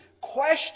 question